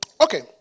Okay